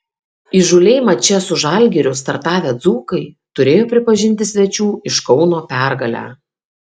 įžūliai mače su žalgiriu startavę dzūkai turėjo pripažinti svečių iš kauno pergalę